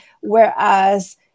Whereas